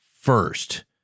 first